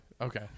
Okay